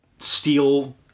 steel